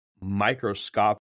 microscopic